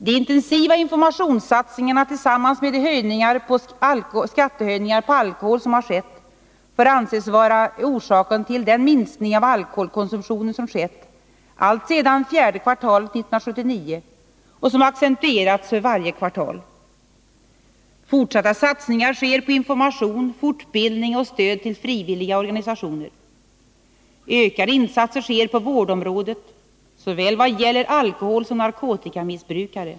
De intensiva informationssatsningarna, tillsammans med de skattehöjningar på alkohol som skett, får anses vara orsaken till den minskning av alkoholkonsumtionen som skett alltsedan fjärde kvartalet 1979 och som accentuerats för varje kvartal. Fortsatta satsningar sker på information, fortbildning och stöd till frivilliga organisationer. Ökade insatser sker på vårdområdet, vad gäller såväl alkoholsom narkotikamissbrukare.